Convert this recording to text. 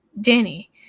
Danny